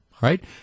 right